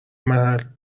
محل